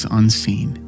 unseen